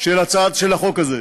של החוק הזה.